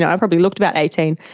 i probably looked about eighteen,